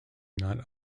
not